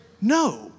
no